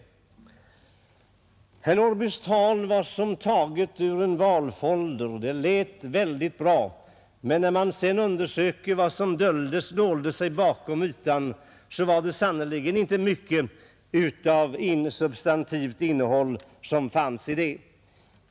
Herr Norrbys tal var som taget ur en valfolder, och det lät väldigt bra, men när man undersöker vad som döljer sig bakom ytan var det sannerligen inte mycket av substantiellt innehåll som fanns i det.